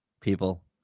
People